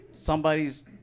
somebody's